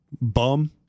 Bum